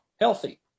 healthy